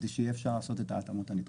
כדי שיהיה אפשר לעשות את ההתאמות הנדרשות.